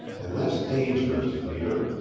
and that's dangerous, peter,